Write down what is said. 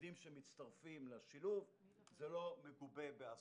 שילדים שמצטרפים לשילוב, זה לא מגובה בהסעות.